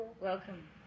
Welcome